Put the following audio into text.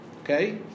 okay